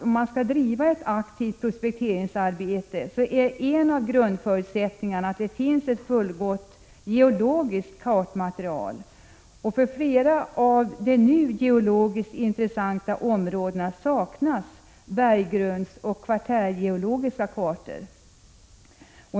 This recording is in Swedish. Om man skall driva ett aktivt prospekteringsarbete är en av grundförutsättningarna att det finns ett fullgott geologiskt kartmaterial. För flera av de nu geologiskt intressanta områdena saknas berggrundskartor och kvartärgeologiska kartor.